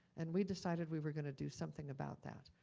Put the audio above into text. and we decided we were gonna do something about that.